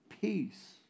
peace